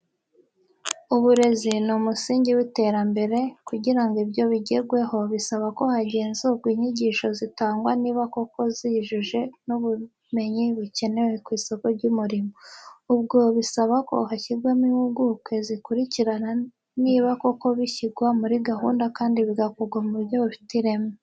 Uburezi ni umusingi w'iterambere, kugira ngo ibyo bigerweho bisaba ko hagenzurwa inyigisho zitangwa niba koko zihuje n'ubumenyi bukenewe ku isoko ry'umurimo. Ubwo bisaba ko hashyirwaho impuguke zikurikirana niba koko bishyirwa muri gahunda kandi bigakorwa mu buryo bufite ireme.